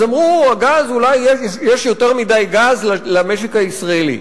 אז אמרו: יש יותר מדי גז למשק הישראלי.